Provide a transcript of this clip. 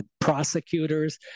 prosecutors